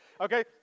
okay